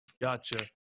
Gotcha